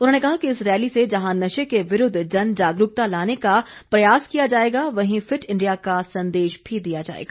उन्होंने कहा कि इस रैली से जहां नशे के विरूद्व जन जागरूकता लाने का प्रयास किया जाएगा वहीं फिट इंडिया का संदेश भी दिया जाएगा